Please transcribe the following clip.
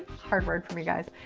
hard work for me, guys.